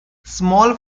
small